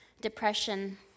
depression